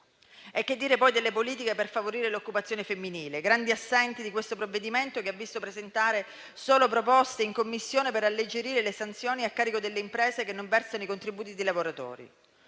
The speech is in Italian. E che dire poi delle politiche per favorire l'occupazione femminile, grandi assenti di questo provvedimento che ha visto presentare solo proposte in Commissione per alleggerire le sanzioni a carico delle imprese che non versano i contributi ai lavoratori?